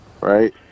right